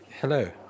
Hello